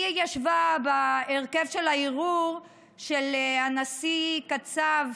היא ישבה בהרכב של הערעור של הנשיא קצב,